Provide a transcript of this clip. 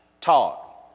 taught